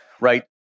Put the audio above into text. right